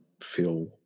feel